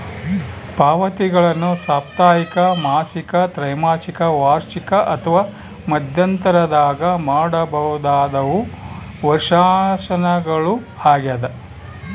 ಪಾವತಿಗಳನ್ನು ಸಾಪ್ತಾಹಿಕ ಮಾಸಿಕ ತ್ರೈಮಾಸಿಕ ವಾರ್ಷಿಕ ಅಥವಾ ಮಧ್ಯಂತರದಾಗ ಮಾಡಬಹುದಾದವು ವರ್ಷಾಶನಗಳು ಆಗ್ಯದ